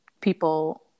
people